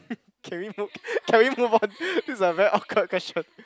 can we move can we move on this is a very awkward question